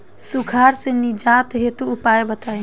सुखार से निजात हेतु उपाय बताई?